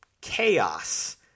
chaos